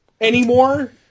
anymore